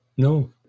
No